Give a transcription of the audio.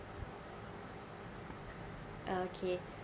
okay